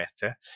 better